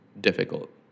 difficult